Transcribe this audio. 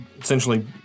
Essentially